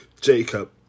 Jacob